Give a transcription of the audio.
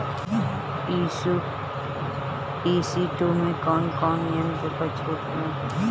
ई.सी two मै कौने कौने यंत्र पर छुट बा?